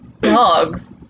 dogs